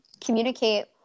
communicate